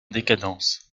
décadence